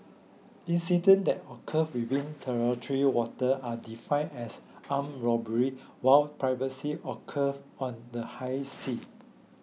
incidents that occur within territorial water are define as armed robbery while piracy occur on the high sea